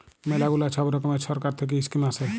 ম্যালা গুলা ছব রকমের ছরকার থ্যাইকে ইস্কিম আসে